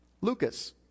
Lucas